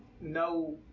no